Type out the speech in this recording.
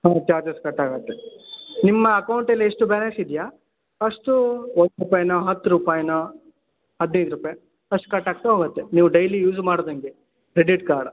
charges ಕಟ್ಟಾಗತ್ತೆ ನಿಮ್ಮ ಅಕೌಂಟಲ್ಲಿ ಎಷ್ಟು ಬ್ಯಾಲೆನ್ಸ್ ಇದೆಯಾ ಅಷ್ಟೂ ಒಂದು ರುಪಾಯಿನೊ ಹತ್ತು ರುಪಾಯಿನೊ ಹದಿನೈದು ರೂಪಾಯಿ ಅಷ್ಟು ಕಟ್ಟಾಗ್ತಾ ಹೋಗತ್ತೆ ನೀವು ಡೈಲಿ ಯೂಸ್ ಮಾಡ್ದಂಗೆ ಕ್ರೆಡಿಟ್ ಕಾರ್ಡ